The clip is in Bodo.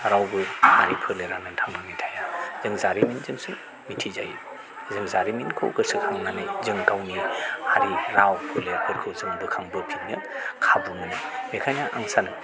रावबो हारि फोलेरानो थांनानै थाया जों जारिमिनजोंसो मिनथिजायो जों जारिमिनखौ गोसोखांनानै जों गावनि हारि राव फोलेरफोरखौ जों बोखांबोफिननो खाबु मोनो बेनिखायनो आं सानो